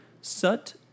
SUT